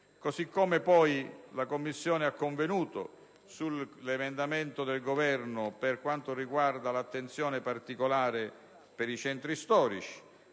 nazionale. La Commissione ha inoltre convenuto sull'emendamento del Governo per quanto riguarda l'attenzione particolare per i centri storici.